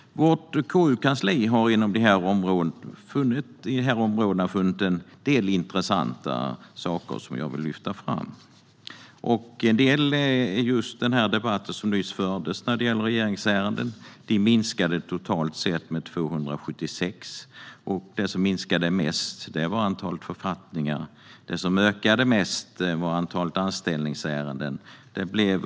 Vårt KU-kansli har inom dessa områden funnit en del intressanta saker som jag vill lyfta fram. Det gäller bland annat debatten som just fördes när det gäller regeringsärenden. Antalet regeringsärenden minskade totalt sett med 276. Det som minskade mest var antalet författningar. Det som ökade mest var antalet anställningsärenden.